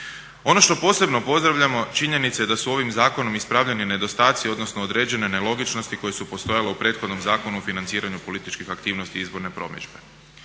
Ono što posebno pozdravljamo činjenica je da su ovim zakonom ispravljeni nedostaci odnosno određene nelogičnosti koje su postojale u prethodnom Zakonu o financiranju političkih aktivnosti izborne promidžbe.